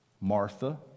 Martha